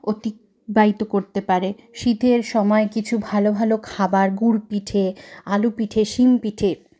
অতিবাহিত করতে পারে শীতের সময় কিছু ভালো ভালো খাবার গুড়পিঠে আলুপিঠে শিংপিঠে